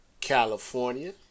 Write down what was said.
California